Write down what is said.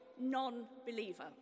non-believer